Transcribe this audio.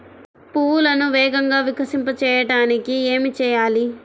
పువ్వులను వేగంగా వికసింపచేయటానికి ఏమి చేయాలి?